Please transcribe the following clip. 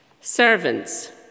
Servants